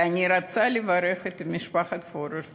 ואני רוצה לברך את משפחת פורר,